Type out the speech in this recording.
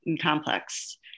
complex